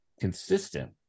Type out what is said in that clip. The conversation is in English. consistent